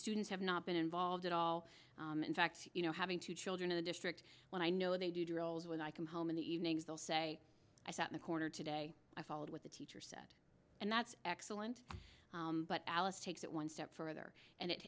students have not been involved at all in fact you know having two children in the district when i know they do drills when i come home in the evenings they'll say i sat in a corner today i followed with the teacher and that's excellent but alice takes it one step further and it